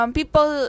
people